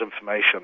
information